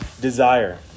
desire